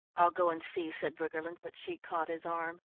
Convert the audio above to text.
i'll go and see, said briggerland, but she caught his arm.